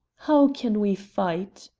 how can we fight?